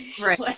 Right